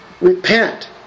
Repent